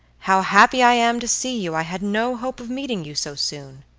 how happy i am to see you, i had no hope of meeting you so soon.